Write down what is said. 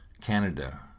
Canada